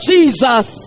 Jesus